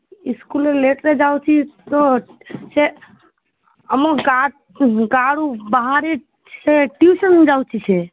ସ୍କୁଲରେ ଲେଟରେ ଯାଉଛି ତ ସେ ଆମ ଗାଁ ଗାଁରୁ ବାହାରେ ସେ ଟିଉସନ୍ ଯାଉଛି ସେ